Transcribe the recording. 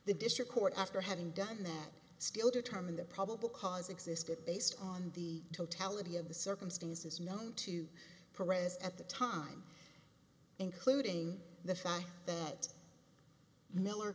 the district court after having done that still determined the probable cause existed based on the totality of the circumstances known to progress at the time including the fact that miller